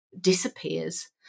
disappears